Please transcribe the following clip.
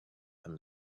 and